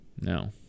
No